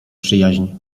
przyjaźń